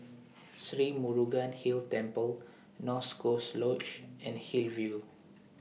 Sri Murugan Hill Temple North Coast Lodge and Hillview